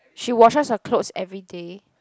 she washes her clothes everyday